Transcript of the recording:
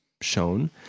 shown